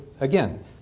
again